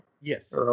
Yes